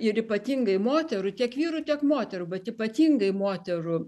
ir ypatingai moterų tiek vyrų tiek moterų bet ypatingai moterų